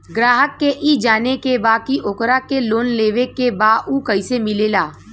ग्राहक के ई जाने के बा की ओकरा के लोन लेवे के बा ऊ कैसे मिलेला?